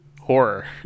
horror